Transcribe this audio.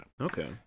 Okay